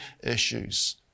issues